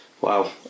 wow